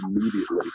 immediately